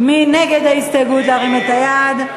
מי נגד ההסתייגות, להרים את היד.